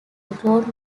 include